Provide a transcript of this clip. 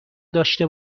داشته